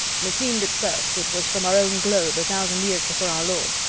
meseemed at first it was from our own globe a thousand years before our lord,